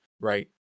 right